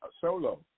solo